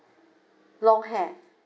long hair